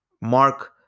Mark